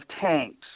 tanks